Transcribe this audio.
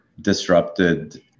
disrupted